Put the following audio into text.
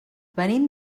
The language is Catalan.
venim